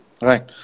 right